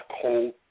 cold